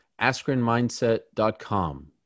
Askrenmindset.com